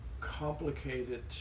complicated